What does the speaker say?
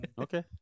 Okay